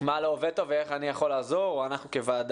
מה לא עובד טוב ואיך אני יכול לעזור או אנחנו כוועדה.